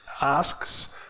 asks